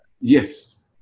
Yes